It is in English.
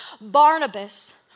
Barnabas